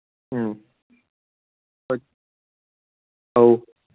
ꯎꯝ ꯑꯧ